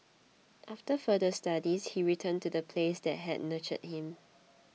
after further studies he returned to the place that had nurtured him